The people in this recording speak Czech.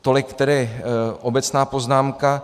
Tolik tedy obecná poznámka.